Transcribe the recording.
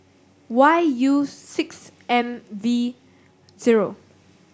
Y U six M V zero